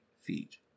feet